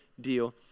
deal